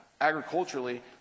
agriculturally